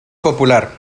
popular